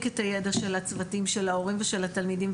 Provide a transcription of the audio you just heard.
את הידע של הצוותים של ההורים ושל התלמידים,